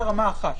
זה רמה אחת.